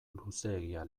luzeegia